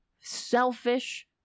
selfish